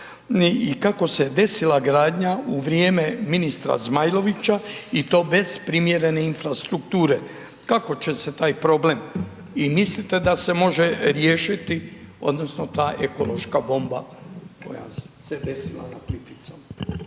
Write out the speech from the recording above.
kako se desila gradnja u vrijeme ministra Zmajlovića i to bez primjerene infrastrukture? Kako će se taj problem i mislite da se može riješiti odnosno ta ekološka bomba koja se desila .../Govornik